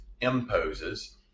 imposes